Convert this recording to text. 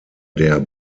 der